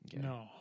No